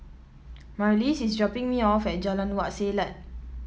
Marlys is dropping me off at Jalan Wak Selat